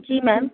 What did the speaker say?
جی میم